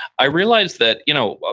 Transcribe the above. i realized that you know ah